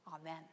Amen